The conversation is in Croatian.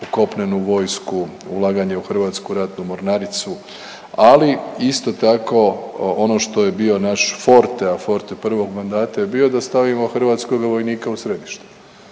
kopnenu vojsku, ulaganje u Hrvatsku ratnu mornaricu, ali isto tako ono što je bio naš forte, a forte prvog mandata je bio da stavimo hrvatskoga vojnika u središte.